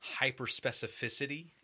hyperspecificity